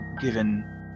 given